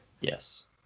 Yes